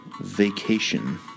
vacation